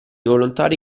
volontari